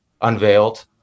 unveiled